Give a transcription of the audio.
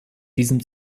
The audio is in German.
diesem